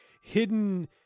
hidden